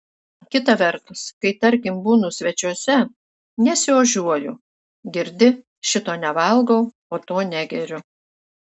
kita vertus kai tarkim būnu svečiuose nesiožiuoju girdi šito nevalgau o to negeriu